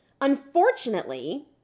Unfortunately